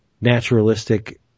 naturalistic